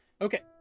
Okay